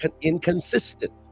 inconsistent